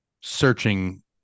searching